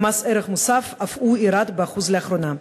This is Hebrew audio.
ומס ערך מוסף אף הוא ירד ב-1% לאחרונה.